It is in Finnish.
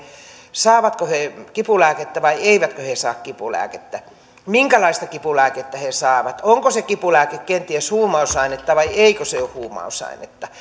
saavatko he kipulääkettä vai eivätkö he saa kipulääkettä minkälaista kipulääkettä he saavat onko se kipulääke kenties huumausainetta vai eikö se ole huumausainetta